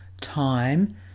time